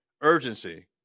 Urgency